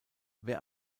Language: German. wer